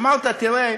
אמרת: תראה,